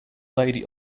lady